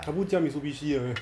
他不驾 mitsubishi 的 meh